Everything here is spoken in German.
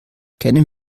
kennen